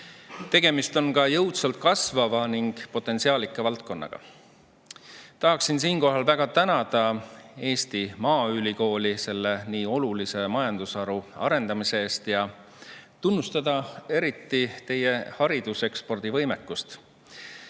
Tegemist on ka jõudsalt kasvava ja potentsiaalika valdkonnaga. Tahan siinkohal väga tänada Eesti Maaülikooli selle nii olulise majandusharu arendamise eest ja tunnustada eriti teie haridusekspordivõimekust.